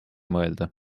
mõelda